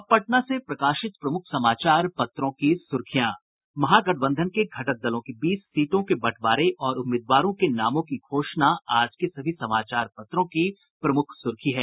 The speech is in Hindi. अब पटना से प्रकाशित प्रमुख समाचार पत्रों की सुर्खियां महागठबंधन के घटक दलों के बीच सीटों के बंटवारे और उम्मीदवारों के नामों की घोषणा आज के सभी समाचारों पत्रों की प्रमुख सुर्खी है